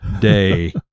day